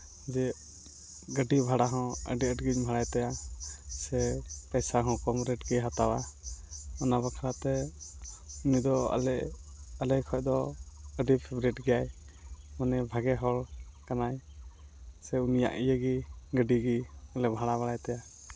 ᱡᱮ ᱜᱟᱹᱰᱤ ᱵᱷᱟᱲᱟ ᱦᱚᱸ ᱟᱹᱰᱤ ᱟᱸᱴᱜᱤᱧ ᱵᱷᱟᱲᱟᱭ ᱛᱟᱭᱟ ᱥᱮ ᱯᱚᱭᱥᱟ ᱦᱚᱸ ᱠᱚᱢ ᱨᱮᱹᱴ ᱜᱮᱭ ᱦᱟᱛᱟᱣᱟ ᱚᱱᱟ ᱵᱟᱠᱷᱨᱟ ᱛᱮ ᱩᱱᱤ ᱫᱚ ᱟᱞᱮ ᱟᱞᱮ ᱠᱷᱚᱱ ᱫᱚ ᱟᱹᱰᱤ ᱯᱷᱮᱵᱽᱨᱤᱴ ᱜᱮᱭᱟᱭ ᱩᱱᱤ ᱵᱷᱟᱜᱮ ᱦᱚᱲ ᱠᱟᱱᱟᱭ ᱥᱮ ᱩᱱᱤᱭᱟᱜ ᱤᱭᱟᱹ ᱜᱮ ᱜᱟᱹᱰᱤ ᱜᱮᱞᱮ ᱵᱷᱟᱲᱟ ᱵᱟᱲᱟᱭ ᱛᱟᱭᱟ